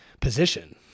position